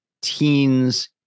teens